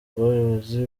rw’abayobozi